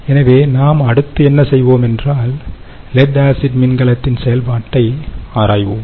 எனவே நாம் அடுத்து என்ன செய்வோம் என்றால் லெட் ஆசிட் மின்கலத்தின் செயல்பாட்டை ஆராய்வோம்